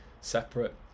separate